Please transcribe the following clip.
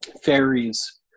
fairies